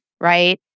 right